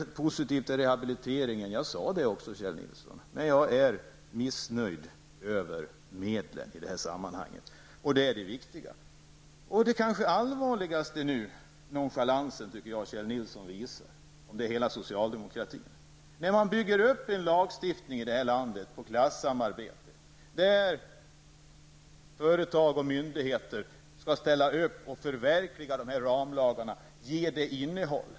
Vidare är jag positiv till detta med rehabilitering, och det har jag också sagt tidigare, Kjell Nilsson! Däremot är jag missnöjd när det gäller medlen i det här sammanhanget. Det är ju dessa som är viktiga. Men vad som är allvarligast nu är kanske den nonchalans som Kjell Nilsson och socialdemokraterna visar. Vår lagstiftning får ju bygga på klassamarbete. Företag och myndigheter skall ställa upp och förverkliga ramlagarna och ge dem innehåll.